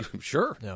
sure